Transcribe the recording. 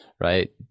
right